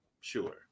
sure